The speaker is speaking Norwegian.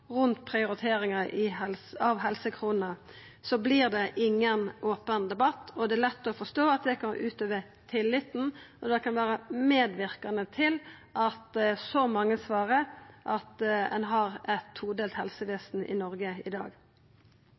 rundt prioriteringa av helsekronene, vert det ingen open debatt. Det er lett å forstå at det går ut over tilliten, og det kan vera medverkande til at så mange svarer at ein har eit todelt helsevesen i Noreg i dag.